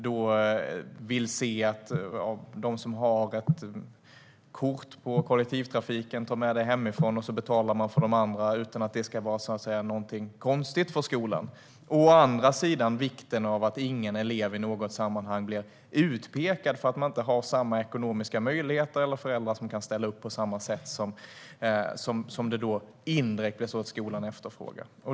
Då vill man att de som har ett kollektivtrafikkort tar med det hemifrån, och så betalar man för de andra utan att det ska vara någonting konstigt för skolan. Å andra sidan handlar det om vikten av att inga elever i något sammanhang blir utpekade för att de inte har samma ekonomiska möjligheter eller föräldrar som kan ställa upp på det sätt som skolan indirekt efterfrågar.